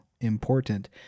important